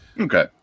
Okay